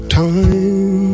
time